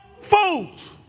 Fools